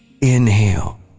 inhale